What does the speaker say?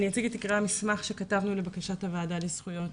אציג את עיקרי המסמך שכתבנו לבקשת הוועדה לזכויות